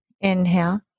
Inhale